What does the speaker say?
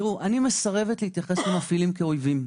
אני מסרבת להתייחס למפעילים כאויבים.